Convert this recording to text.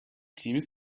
seems